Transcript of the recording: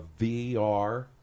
VR